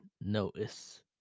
notice